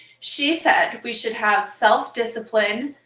she said we should have self-discipline,